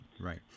right